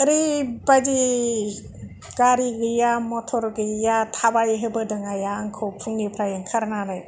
ओरैबादि गारि गैया मथर गैया थाबाय होबोदों आइआ आंखौ फुंनिफ्राय ओंखारनानै